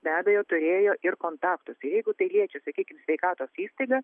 be abejo turėjo ir kontaktus ir jeigu tai liečia sakykim sveikatos įstaigą